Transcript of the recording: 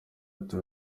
ati